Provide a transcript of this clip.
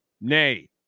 nay